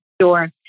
Sure